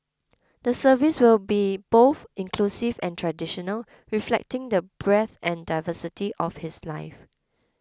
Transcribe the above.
the service will be both inclusive and traditional reflecting the breadth and diversity of his life